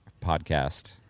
podcast